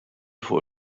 fuq